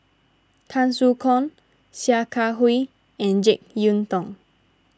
Tan Soo Khoon Sia Kah Hui and Jek Yeun Thong